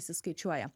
įsiskaičiuoja